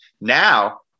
Now